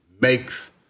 makes